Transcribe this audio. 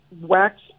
wax